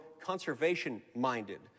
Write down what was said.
conservation-minded